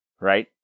Right